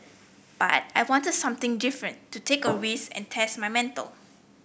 but I wanted something different to take a risk and test my mettle